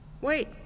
wait